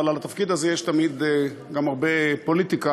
ולגבי התפקיד הזה יש תמיד גם הרבה פוליטיקה